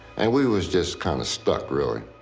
and we was just kind of stuck, really.